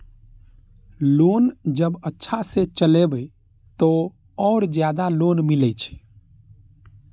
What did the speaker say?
Loan जब अच्छा से चलेबे तो और ज्यादा लोन मिले छै?